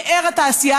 פאר התעשייה